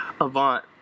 Avant